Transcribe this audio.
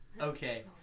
Okay